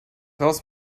raus